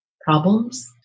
problems